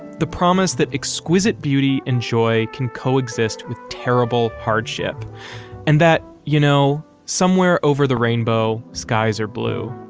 the promise that exquisite beauty and joy can coexist with terrible hardship and that, you know, somewhere over the rainbow skies are blue.